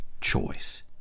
choice